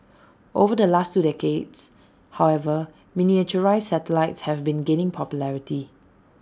over the last two decades however miniaturised satellites have been gaining popularity